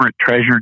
treasured